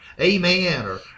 amen